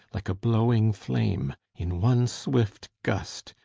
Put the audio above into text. like a blowing flame, in one swift gust,